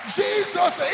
jesus